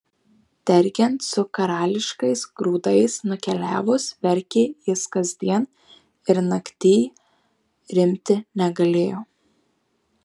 dergiant su karališkais grūdais nukeliavus verkė jis kasdien ir naktyj rimti negalėjo